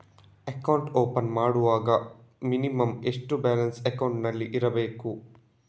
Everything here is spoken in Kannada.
ಅಕೌಂಟ್ ಓಪನ್ ಮಾಡುವಾಗ ಮಿನಿಮಂ ಎಷ್ಟು ಬ್ಯಾಲೆನ್ಸ್ ಅಕೌಂಟಿನಲ್ಲಿ ಇರಬೇಕು?